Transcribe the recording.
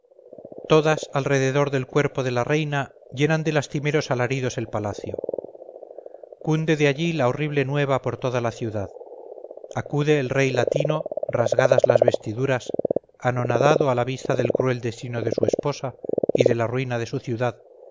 todas alrededor del cuerpo de la reina llenan de lastimeros alaridos el palacio cunde de allí la horrible nueva por toda la ciudad acude el rey latino rasgadas las vestiduras anonadado a la vista del cruel destino de su esposa y de la ruina de su ciudad